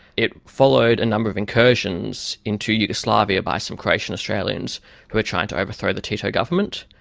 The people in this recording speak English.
it followed a number of incursions into yugoslavia by some croatian australians who were trying to overthrow the tito government.